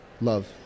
Love